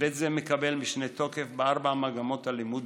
היבט זה מקבל משנה תוקף בארבע מגמות הלימוד